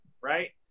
right